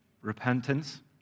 repentance